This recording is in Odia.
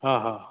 ଅ ହ